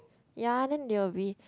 ya then they will be